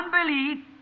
Unbelief